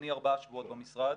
אני ארבעה שבועות במשרד,